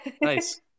nice